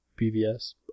BVS